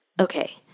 okay